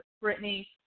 Brittany